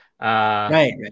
right